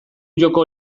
joko